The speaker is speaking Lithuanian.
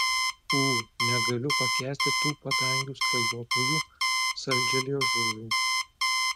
ū negaliu pakęsti tų padangių skrajotojų saldžialiežuvių